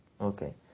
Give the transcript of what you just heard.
okay